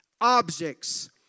objects